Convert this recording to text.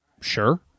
sure